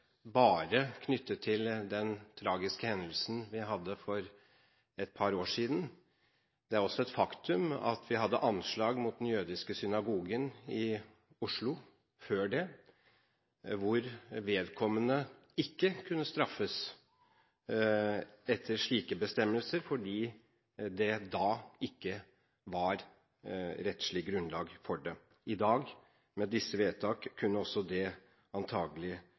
bare knyttet til den tragiske hendelsen vi hadde for et par år siden. Det er også et faktum at vi hadde anslag mot den jødiske synagogen i Oslo før det, der vedkommende ikke kunne straffes etter slike bestemmelser fordi det da ikke var rettslig grunnlag for det. I dag – med disse vedtak – kunne også det antagelig